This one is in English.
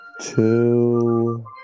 two